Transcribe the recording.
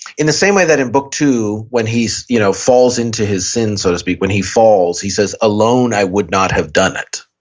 in the same way that in book two when he you know falls into his sin so to speak, when he falls he says alone i would not have done it.